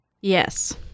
Yes